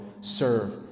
Serve